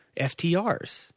FTRs